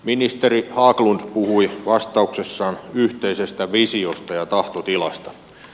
ministeri haglund puhui vastauksessaan yhteisestä visiosta ja tahtotilasta